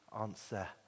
answer